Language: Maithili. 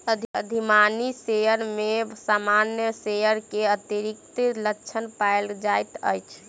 अधिमानी शेयर में सामान्य शेयर के अतिरिक्त लक्षण पायल जाइत अछि